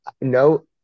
no